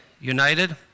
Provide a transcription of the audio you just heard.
united